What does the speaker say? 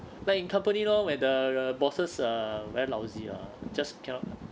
like in company lor where the uh bosses are very lousy ah just cannot